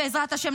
בעזרת השם,